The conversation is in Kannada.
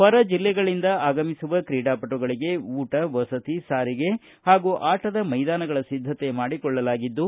ಹೊರ ಜಿಲ್ಲೆಗಳಿಂದ ಆಗಮಿಸುವ ಕ್ರೀಡಾಪಟುಗಳಿಗೆ ಊಟ ವಸತಿ ಸಾರಿಗೆ ಹಾಗೂ ಆಟದ ಮೈದಾನಗಳ ಸಿದ್ದತೆ ಮಾಡಿಕೊಳ್ಳಲಾಗಿದ್ದು